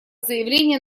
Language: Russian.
заявления